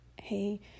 hey